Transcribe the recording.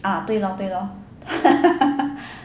ah 对 lor 对 lor